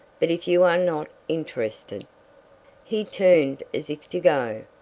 but if you are not interested he turned as if to go.